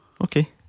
Okay